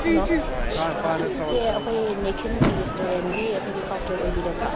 hello ꯑꯁꯤꯁꯦ ꯑꯩꯈꯣꯏ ꯅꯤꯈꯤꯜ ꯔꯦꯁꯇꯨꯔꯦꯟꯒꯤ ꯑꯩꯈꯣꯏꯒꯤ ꯀꯥꯎꯟꯇꯔ ꯑꯣꯏꯕꯤꯔꯕ꯭ꯔ